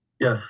yes